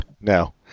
no